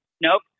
nope